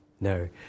No